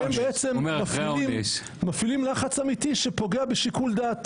כל מיני ווטסאפים שטוענים ללחצים על ראש הממשלה הנוכחי,